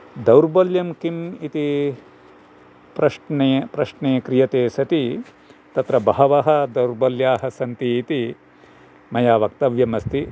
दौर्बल्यं किम् इति प्रश्ने प्रश्ने क्रियते सति तत्र बहवः दौर्बल्याः सन्ति इति मया वक्तव्यमस्ति